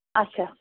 اچھا